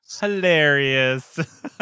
hilarious